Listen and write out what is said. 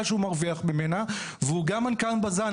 שהוא מרוויח ממנה והוא גם מנכ"ל בז"ן,